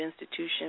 institution